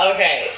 Okay